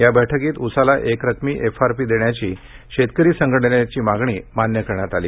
या बैठकीत उसाला एक रकमी एफआरपी देण्याची शेतकरी संघटनेची मागणी मान्य करण्यात आली